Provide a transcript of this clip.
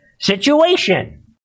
situation